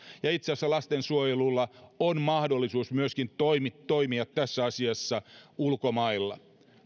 ja itse asiassa lastensuojelulla on mahdollisuus myöskin toimia tässä asiassa ulkomailla